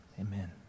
amen